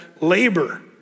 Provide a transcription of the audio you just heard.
labor